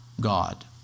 God